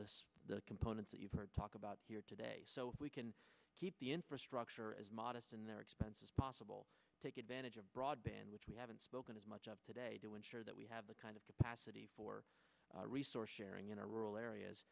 us the components that you've heard talk about here today so we can keep the infrastructure as modest in their expenses possible take advantage of broadband which we haven't spoken as much of today to ensure that we have the kind of capacity for resource sharing in our rural areas